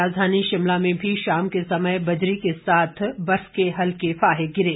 राजधानी शिमला में भी शाम के समय बजरी के साथ बर्फ के हल्के फाहे गिरे